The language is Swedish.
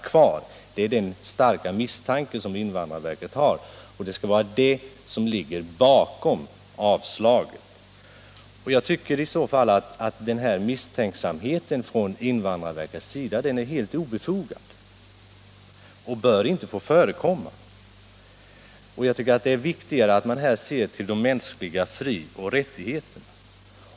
Det är den starka misstanken från invandrarverket som ligger bakom avslaget i dessa fall. Jag tycker att en sådan misstänksamhet hos invandrarverket är helt obefogad och inte bör få förekomma. Det är viktigare att man i detta sammanhang ser till de mänskliga frioch rättigheterna.